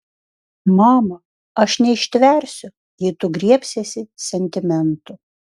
mama aš neištversiu jei tu griebsiesi sentimentų